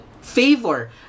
favor